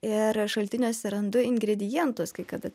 ir šaltiniuose randu ingredientus kai kada